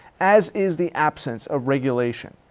as is the absence of regulation.